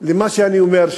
למה שאני אומר,